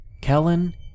Kellen